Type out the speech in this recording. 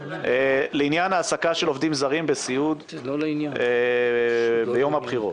לעניין העסקה של עובדים זרים בסיעוד ביום הבחירות,